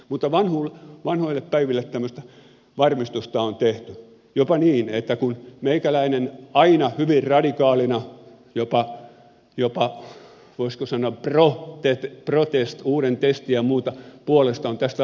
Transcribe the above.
mutta vanhoille päiville tämmöista varmistusta on tehty jopa niin että meikäläinen aina hyvin radikaalina jopa voisiko sanoa protestanttina pro test uuden testamentin ja muun puolesta on tästä asiasta puhunut